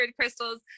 crystals